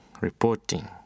reporting